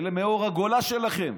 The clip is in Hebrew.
אלה מאור הגולה שלכם.